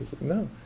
No